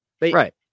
Right